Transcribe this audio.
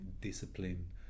discipline